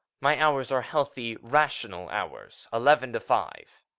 my hours are healthy, rational hours eleven to five.